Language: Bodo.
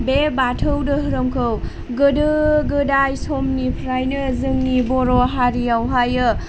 बे बाथौ धोरोमखौ गोदो गोदाय समनिफ्रायनो जोंनि बर' हारियावहाय